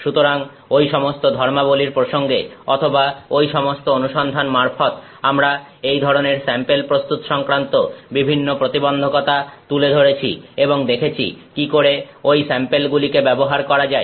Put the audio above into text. সুতরাং ঐ সমস্ত ধর্মাবলির প্রসঙ্গে অথবা ঐ সমস্ত অনুসন্ধান মারফত আমরা এই ধরনের স্যাম্পেল প্রস্তুত সংক্রান্ত বিভিন্ন প্রতিবন্ধকতা তুলে ধরেছি এবং দেখেছি কি করে ঐ স্যাম্পেলগুলিকে ব্যবহার করা যায়